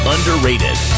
Underrated